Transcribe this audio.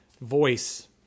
voice